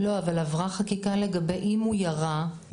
אבל עברה חקיקה לגבי אם הוא ירה,